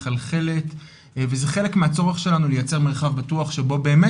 מחלחלת וזה חלק מהצורך שלנו לייצר מרחב בטוח שבו באמת